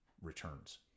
returns